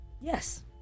Yes